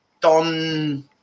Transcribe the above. Don